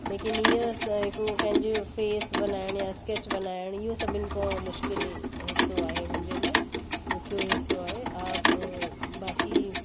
लेकिन इअ स हिकु कंहिंजो फ़ेस बणाइणु या स्कैच बणाइणु इहो सभिनि खां मुश्किलु हिसो आहे मुंहिंजे लाइ ॾुखियो हिसो आहे आप बाक़ी